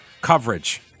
coverage